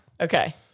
okay